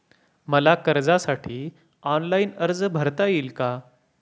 मला कर्जासाठी ऑनलाइन अर्ज भरता येईल का?